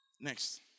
Next